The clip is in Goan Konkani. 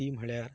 ती म्हणल्यार